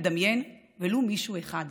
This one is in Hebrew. הם לא מצליחים לדמיין ולו מישהו אחד,